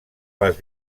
les